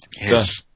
Yes